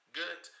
good